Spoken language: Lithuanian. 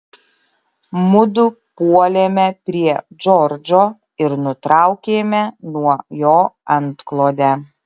mudu puolėme prie džordžo ir nutraukėme nuo jo antklodę